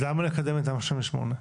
אז למה לקדם תמ"א 38?